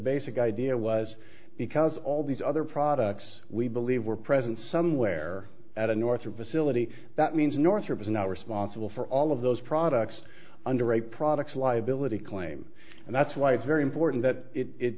basic idea was because all these other products we believe were present somewhere at a north or basilica that means northrop is now responsible for all of those products under a products liability claim and that's why it's very important that it